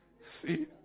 See